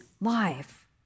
life